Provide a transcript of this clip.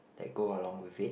that go along with it